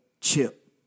chip